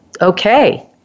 okay